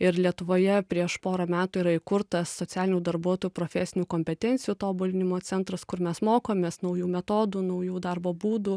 ir lietuvoje prieš porą metų yra įkurtas socialinių darbuotojų profesinių kompetencijų tobulinimo centras kur mes mokomės naujų metodų naujų darbo būdų